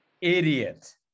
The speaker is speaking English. idiot